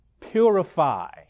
purify